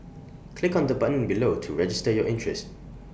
click on the button below to register your interest